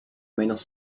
menos